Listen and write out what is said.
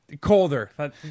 Colder